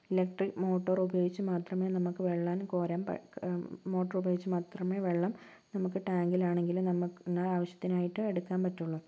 electric മോട്ടറുപയോഗിച്ചു മാത്രമേ നമുക്ക് വെള്ളം കോരാൻ പ മോട്ടറുപയോഗിച്ചു മാത്രമേ വെള്ളം നമുക്ക് ടാങ്കിലാണെങ്കിലും നമുക്ക് നമ്മുടെ ആവശ്യത്തിനായിട്ട് എടുക്കാൻ പറ്റുള്ളു